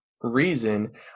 reason